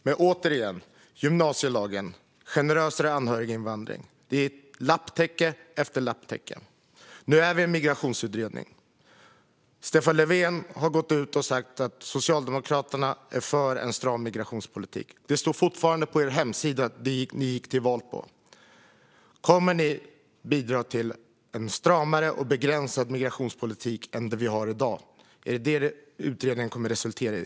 Men återigen: Vi fick gymnasielagen, och vi fick generösare anhöriginvandring. Det är lapptäcke efter lapptäcke. Nu har vi en migrationsutredning. Stefan Löfven har gått ut och sagt att Socialdemokraterna är för en stram migrationspolitik. Det står fortfarande på er hemsida att ni gick till val på det. Kommer ni att bidra till en stramare och mer begränsad migrationspolitik än den vi har i dag? Är det vad utredningen kommer att resultera i?